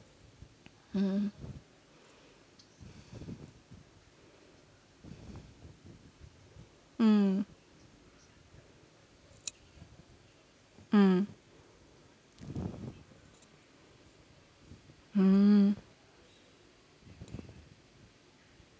mm mm mm mm